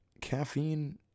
caffeine